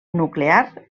nuclear